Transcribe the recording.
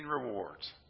rewards